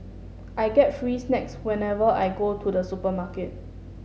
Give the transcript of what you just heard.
I get free snacks whenever I go to the supermarket